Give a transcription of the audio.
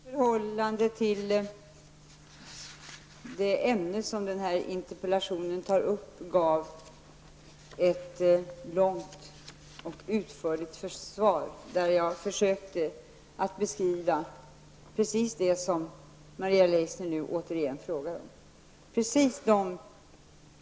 Herr talman! Jag tycker att jag, i förhållande till det ämne som den här interpellationen tar upp, gav ett långt och utförligt svar där jag försökte att beskriva precis det som Maria Leissner nu återigen frågar om.